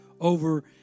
over